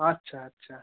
আচ্ছা আচ্ছা